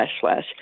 slash